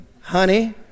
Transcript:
honey